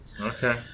Okay